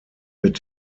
mit